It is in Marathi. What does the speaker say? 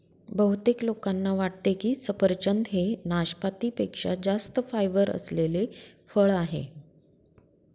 बहुतेक लोकांना वाटते की सफरचंद हे नाशपाती पेक्षा जास्त फायबर असलेले फळ आहे